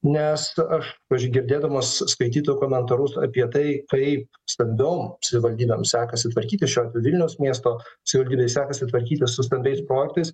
nes aš aš girdėdamas skaitytojų komentarus apie tai kaip stambiom savivaldybėm sekasi tvarkyti šio vilniaus miesto savivaldybei sekasi tvarkytis su stambiais projektais